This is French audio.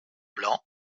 blanc